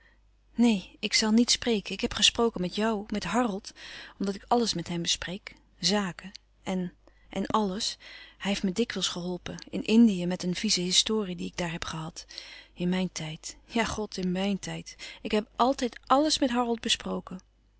neen ik zal niet spreken ik heb gesproken met jou met halouis couperus van oude menschen de dingen die voorbij gaan rold omdat ik àlles met hem bespreek zaken en en àlles hij heeft me dikwijls geholpen in indië met een vieze historie die ik daar heb gehad in mijn tijd ja god in mijn tijd ik heb altijd àlles met harold besproken